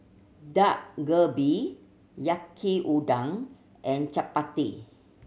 Dak Galbi Yaki Udon and Chapati